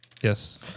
Yes